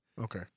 Okay